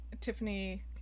Tiffany